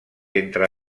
entre